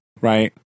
Right